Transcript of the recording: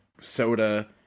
soda